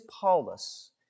Paulus